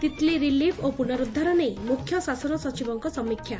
Titli relief ଓ ପୁନରୁଦ୍ଧାର ନେଇ ମୁଖ୍ୟ ଶାସନ ସଚିବଙ୍କ ସମୀକ୍ଷା